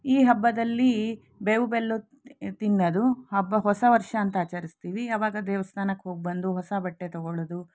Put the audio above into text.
ಈ ಹಬ್ಬದಲ್ಲಿ ಬೇವು ಬೆಲ್ಲ ತಿನ್ನೋದು ಹಬ್ಬ ಹೊಸ ವರ್ಷ ಅಂತ ಆಚರಿಸ್ತೀವಿ ಅವಾಗ ದೇವಸ್ಥಾನಕ್ಕೆ ಹೋಗಿ ಬಂದು ಹೊಸ ಬಟ್ಟೆ ತೊಗೊಳ್ಳೋದು